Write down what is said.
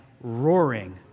roaring